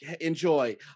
enjoy